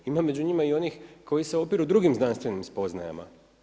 Ima među njima i onih koji se opiru drugim znanstvenim spoznajama.